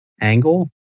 angle